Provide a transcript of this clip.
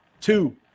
two